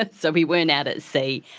ah so we weren't out at sea,